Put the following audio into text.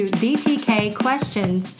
btkquestions